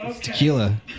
tequila